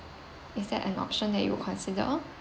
is that an option that you will consider